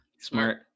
Smart